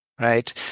right